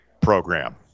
program